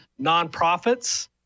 nonprofits